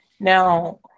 Now